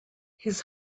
his